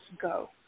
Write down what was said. go